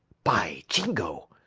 py jingo!